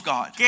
God